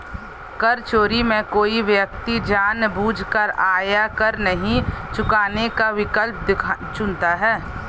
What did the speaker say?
कर चोरी में कोई व्यक्ति जानबूझकर आयकर नहीं चुकाने का विकल्प चुनता है